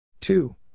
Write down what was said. two